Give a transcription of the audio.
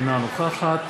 אינה נוכחת